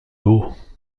haut